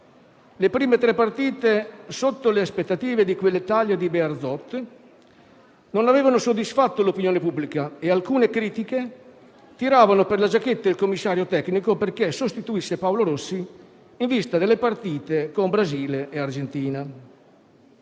le prime tre partite, sotto le aspettative di quell'Italia di Bearzot, non avevano soddisfatto l'opinione pubblica e alcune critiche tiravano per la giacchetta il commissario tecnico perché sostituisse Paolo Rossi in vista delle partite con Brasile e Argentina.